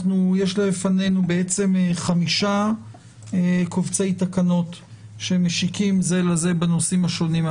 יש לפנינו חמישה קובצי תקנות שמשיקים זה לזה בנושאים השונים.